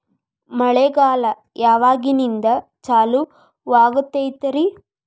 ಮಳೆಗಾಲ ಯಾವಾಗಿನಿಂದ ಚಾಲುವಾಗತೈತರಿ?